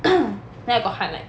there I got highlight